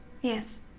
Yes